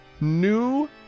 new